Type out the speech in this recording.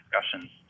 discussions